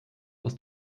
aus